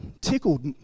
tickled